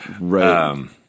right